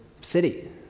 city